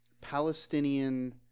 Palestinian